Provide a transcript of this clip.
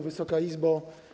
Wysoka Izbo!